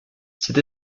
cette